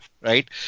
right